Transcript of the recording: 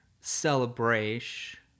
celebration